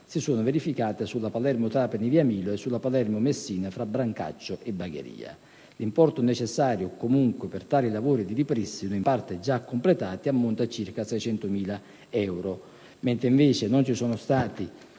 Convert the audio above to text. si sono verificate sulla Palermo-Trapani via Milo e sulla Palermo-Messina tra Palermo Brancaccio e Bagheria. L'importo necessario per tali lavori di ripristino, in parte già completati, ammonta a circa 600.000 euro.